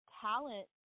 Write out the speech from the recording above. talent